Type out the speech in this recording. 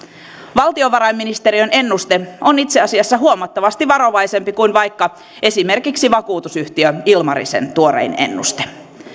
valtiovarainministeriön ennuste on itse asiassa huomattavasti varovaisempi kuin vaikka esimerkiksi vakuutusyhtiö ilmarisen tuorein ennuste